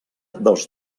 dels